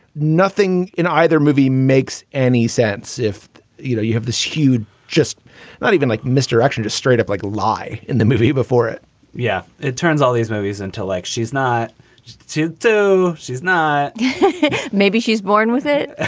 nothing in either movie makes any sense if you know you have the skewed just not even like misdirection to straight up like lie in the movie before it yeah. it turns all these movies into like she's not to do. she's not maybe she's born with it. ah